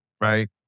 Right